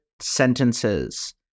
sentences